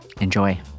Enjoy